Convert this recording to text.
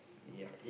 yup